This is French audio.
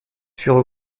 furent